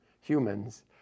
humans